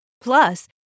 Plus